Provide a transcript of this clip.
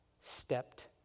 stepped